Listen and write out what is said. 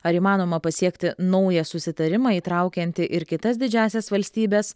ar įmanoma pasiekti naują susitarimą įtraukiantį ir kitas didžiąsias valstybes